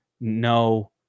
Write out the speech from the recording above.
No